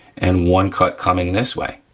and one cut coming this way,